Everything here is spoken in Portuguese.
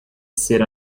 ser